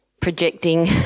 projecting